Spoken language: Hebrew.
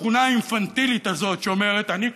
התכונה האינפנטילית הזאת שאומרת: אני קובע,